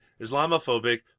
Islamophobic